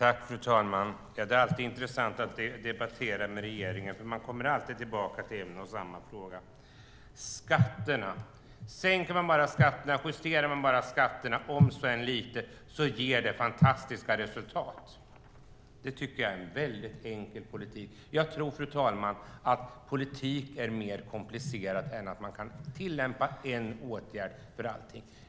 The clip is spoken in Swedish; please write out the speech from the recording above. Fru talman! Det är alltid intressant att debattera med regeringen för man kommer alltid tillbaka till en och samma fråga, nämligen skatterna. Om man sänker eller justerar skatterna, om än så lite, ger det fantastiska resultat. Det är en enkel politik. Jag tror, fru talman, att politik är mer komplicerat än att man kan tillämpa en åtgärd för allt.